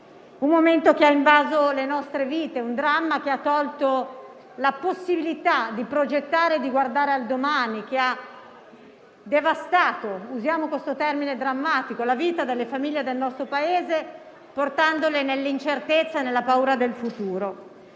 un momento che ha invaso le nostre vite e un dramma che ha tolto la possibilità di progettare e di guardare al domani e che ha devastato - usiamo questo termine forte - la vita delle famiglie del nostro Paese, portandole all'incertezza e alla paura del futuro.